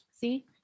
see